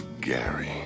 Gary